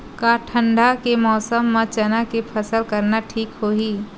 का ठंडा के मौसम म चना के फसल करना ठीक होही?